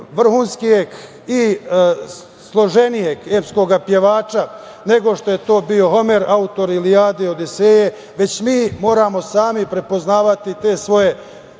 vrhunskijeg i složenijeg epskog pevača nego što je to bio Homer, autor „Ilijade“ i „Odiseje“, već mi moramo sami prepoznavati te svoje